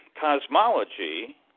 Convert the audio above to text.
cosmology